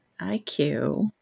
IQ